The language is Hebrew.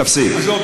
תפסיק.